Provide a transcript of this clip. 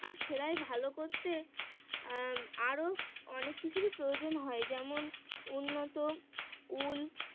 আর সেলাই ভালো করতে আরও অনেক কিছুরই প্রয়োজন হয় যেমন উন্নত উল